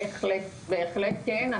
בהחלט כן.